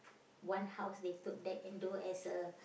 one house they took that into as a